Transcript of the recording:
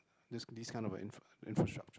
this this kind of infra infrastructure